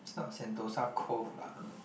it's not Sentosa Cove lah